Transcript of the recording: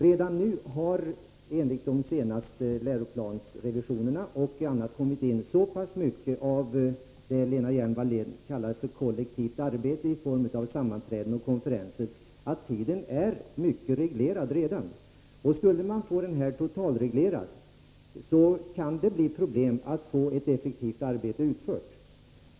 Redan nu har det genom de senaste läroplansrevisionerna och annat kommit in så mycket av vad Lena Hjelm-Wallén kallar för kollektivt arbete i form av sammanträden och konferenser att tiden redan är mycket reglerad. Skulle man få den totalreglerad kan det bli problem att få ett effektivt arbete utfört.